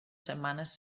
setmanes